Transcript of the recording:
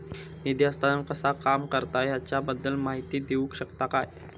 निधी हस्तांतरण कसा काम करता ह्याच्या बद्दल माहिती दिउक शकतात काय?